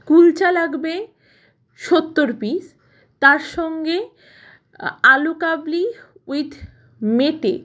কুলচা লাগবে সত্তর পিস তার সঙ্গে আলুকাবলি উইথ মেটে